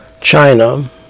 China